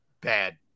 Bad